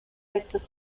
texas